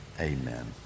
Amen